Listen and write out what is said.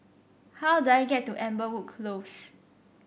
how do I get to Amberwood Close